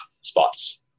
spots